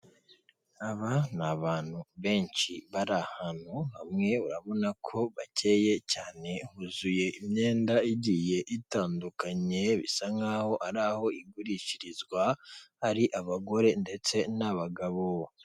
Aba ni abantu benshi bari ahantu hamwe urabona ko bakeye cyane huzuye imyenda igiye itandukanye bisa nkaho ari aho igurishirizwa ari abagore ndetse n'abagabo.